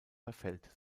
verfällt